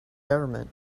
government